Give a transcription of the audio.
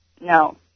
No